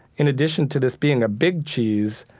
in addition to this being a big cheese,